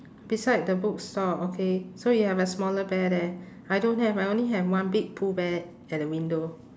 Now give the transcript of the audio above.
beside the bookstore okay so you have a smaller bear there I don't have I only have one big pooh bear at the window